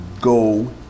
go